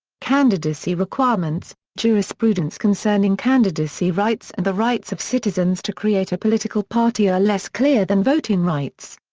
candidacy requirements jurisprudence concerning candidacy rights and the rights of citizens to create a political party are less clear than voting rights.